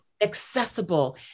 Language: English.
accessible